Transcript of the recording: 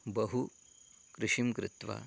बहु कृषिं कृत्वा